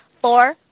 four